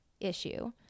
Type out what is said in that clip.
issue